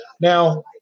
Now